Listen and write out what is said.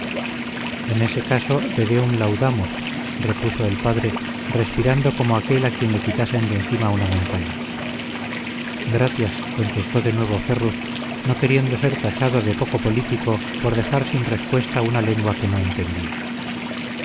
en ese caso te deum laudamus repuso el padre respirando como aquel a quien le quitasen de encima una montaña gracias contestó de nuevo ferrus no queriendo ser tachado de poco político por dejar sin respuesta una lengua que no entendía